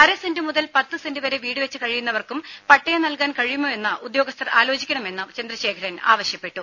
അര സെന്റ് മുതൽ പത്ത് സെന്റ് വരെ വീടുവെച്ച് കഴിയുന്നവർക്കും പട്ടയം നൽകാൻ കഴിയുമോ എന്ന് ഉദ്യോഗസ്ഥർ ആലോചിക്കണമെന്ന് ചന്ദ്രശേഖരൻ ആവശ്യപ്പെട്ടു